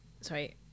sorry